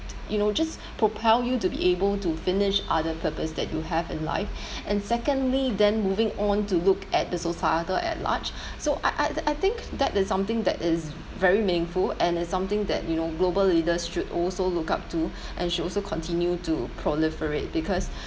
you know just propel you to be able to finish other purpose that you have in life and secondly then moving on to look at the societal at large so I I I think that is something that is very meaningful and it's something that you know global leaders should also look up to and should also continue to proliferate because